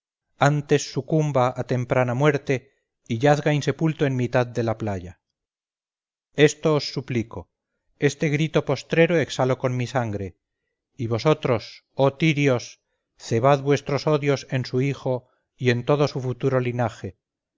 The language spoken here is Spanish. antes sucumba a temprana muerte y yazga insepulto en mitad de la playa esto os suplico este grito postrero exhalo con mi sangre y vosotros oh tirios cebad vuestros odios en su hijo y en todo su futuro linaje